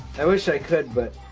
i wish i could but